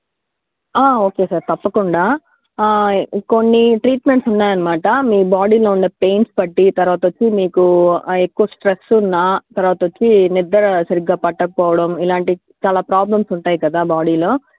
okay sir తప్పకుండా కొన్ని treatments ఉన్నాయి అన్నమాట మీ బాడీలో ఉండే పెయిన్స్ బట్టీ తరువాత వచ్చి మీకు ఎక్కువ స్ట్రెస్సున్నా తరువాత వచ్చి నిద్దర సరిగ్గా పట్టకపోవడం ఇలాంటి చాలా ప్రాబ్లమ్స్ ఉంటాయి కదా బాడీలో